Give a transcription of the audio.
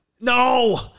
No